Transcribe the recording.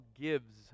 gives